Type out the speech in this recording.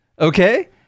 Okay